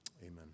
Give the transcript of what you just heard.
amen